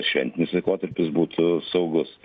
šventinis laikotarpis būtų saugus